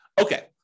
Okay